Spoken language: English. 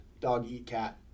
Dog-eat-cat